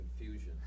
Confusion